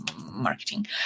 marketing